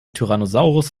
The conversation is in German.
tyrannosaurus